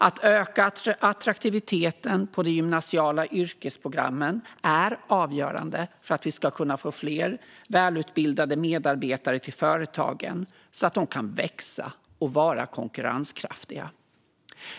Att öka attraktiviteten hos de gymnasiala yrkesprogrammen är avgörande för att vi ska kunna få fler välutbildade medarbetare till företagen så att de kan växa och vara konkurrenskraftiga.